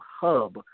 hub